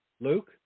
Luke